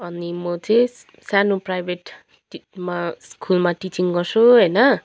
अनि म चाहिँ सानो प्राइभेटमा स्कुलमा टिचिङ गर्छु होइन